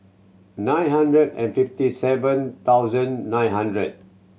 nine hundred and fifty seven thousand nine hundred